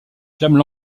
clament